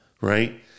right